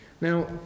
Now